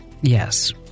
yes